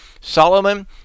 solomon